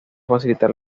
facilitar